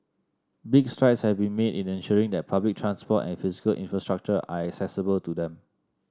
big strides have been made in ensuring that public transport and physical infrastructure are accessible to them